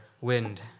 wind